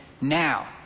now